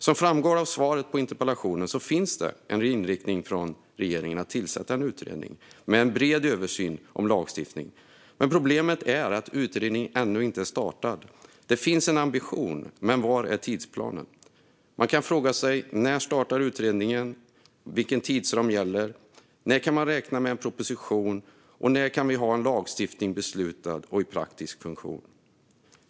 Som framgår av svaret på interpellationen finns det en inriktning hos regeringen att tillsätta en utredning med en bred översyn av lagstiftningen, men problemet är att utredningen ännu inte är startad. Det finns en ambition, men var är tidsplanen? Man kan fråga sig: När startar utredningen? Vilken tidsram gäller? När kan vi räkna med en proposition? När kan vi ha en lagstiftning beslutad och i praktisk funktion?